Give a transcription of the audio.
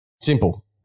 Simple